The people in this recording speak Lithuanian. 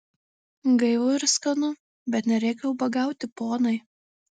gaivu ir skanu bet nereikia ubagauti ponai